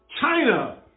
China